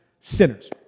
sinners